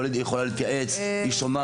היא יכולה להתייעץ, היא שומעת.